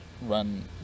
run